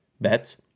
Bets